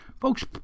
Folks